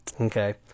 Okay